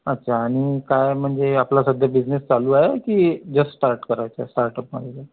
अच्छा आणि काय म्हणजे आपला सध्या बिझनेस चालू आहे की जस्ट स्टार्ट करायचा आहे स्टार्टअपमध्येच आहे